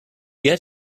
get